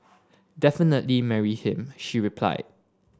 definitely marry him she replied